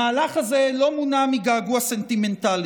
המהלך הזה לא מונע מגעגוע סנטימנטלי,